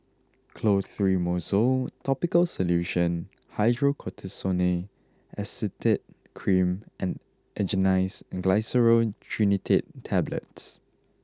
Clotrimozole topical solution Hydrocortisone Acetate Cream and Angised Glyceryl Trinitrate Tablets